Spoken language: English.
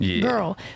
girl